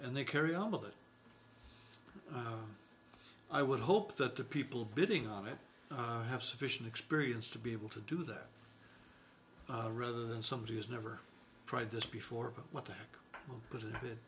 and they carry on with it i would hope that the people bidding on it and i have sufficient experience to be able to do that rather than somebody who's never tried this before but what the heck